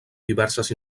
diverses